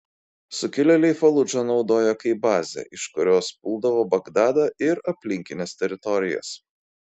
sukilėliai faludžą naudojo kaip bazę iš kurios puldavo bagdadą ir aplinkines teritorijas